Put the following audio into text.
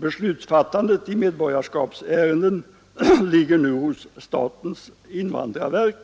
Beslutsfattandet i medborgarskapsärenden ligger nu hos statens invandrarverk.